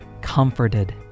comforted